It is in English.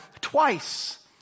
twice